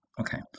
Okay